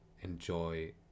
enjoy